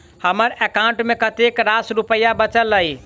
हम्मर एकाउंट मे कतेक रास रुपया बाचल अई?